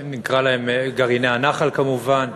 נקרא להם, גרעיני הנח"ל, כמובן.